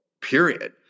period